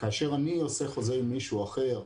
כאשר אני עושה חוזה עם מישהו אחר,